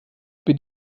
über